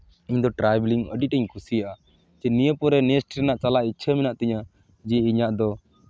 ᱤᱧᱫᱚ ᱴᱨᱟᱵᱷᱮᱞᱤᱝ ᱟᱹᱰᱤᱴᱟᱧ ᱠᱩᱥᱤᱭᱟᱜᱼᱟ ᱱᱤᱭᱟᱹ ᱯᱚᱨᱮ ᱱᱮᱥᱴ ᱨᱮᱱᱟᱜ ᱪᱟᱞᱟᱜ ᱤᱪᱪᱷᱟᱹ ᱢᱮᱱᱟᱜ ᱛᱤᱧᱟᱹ ᱡᱮ ᱤᱧᱟᱹᱜ ᱫᱚ